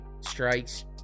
strikes